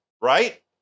right